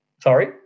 Sorry